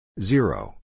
Zero